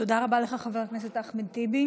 תודה רבה לך, חבר הכנסת אחמד טיבי.